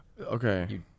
Okay